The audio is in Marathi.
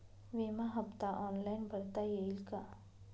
विमा हफ्ता ऑनलाईन भरता येईल का?